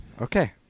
Okay